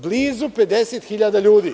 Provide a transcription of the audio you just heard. Blizu 50.000 ljudi.